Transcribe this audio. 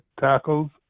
tackles